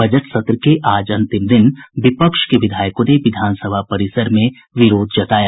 budget सत्र के आज अंतिम दिन विपक्ष के विधायकों ने विधान सभा परिसर में विरोध जताया